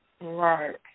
right